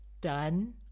done